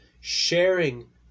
sharing